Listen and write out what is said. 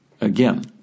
again